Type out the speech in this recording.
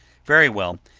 very well